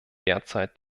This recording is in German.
derzeit